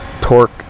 torque